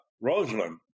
Rosalind